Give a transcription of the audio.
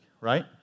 right